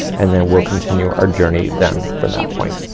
and then we'll continue our journey then from that point.